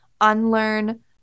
unlearn